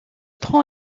tronc